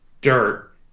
dirt